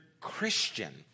Christian